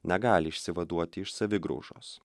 negali išsivaduoti iš savigraužos